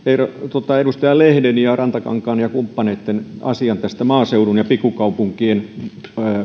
edustaja lehden ja edustaja rantakankaan ja kumppaneitten asian maaseudun ja pikkukaupunkien